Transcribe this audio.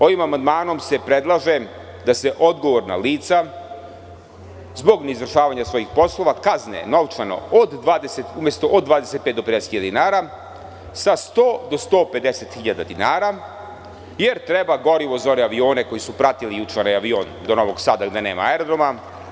Ovim amandmanom se predlaže da se odgovorna lica zbog neizvršavanja svojih poslova kazne novčano od 20, umesto od 25.000 do 50.000 dinara, sa 100 do 150.000 dinara jer treba gorivo za one avione koji su pratili juče onaj avion do Novog Sada, gde nema aerodroma.